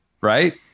right